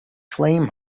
flame